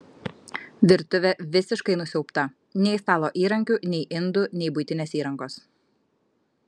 virtuvė visiškai nusiaubta nei stalo įrankių nei indų nei buitinės įrangos